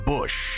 Bush